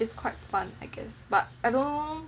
it's quite fun I guess but I don't know